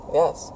yes